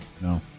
No